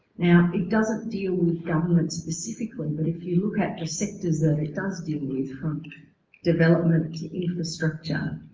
now it doesn't deal with government specifically but if you look at the sectors that it does deal with from development to infrastructure